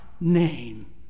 name